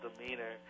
demeanor